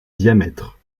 diamètre